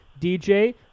DJ